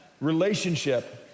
relationship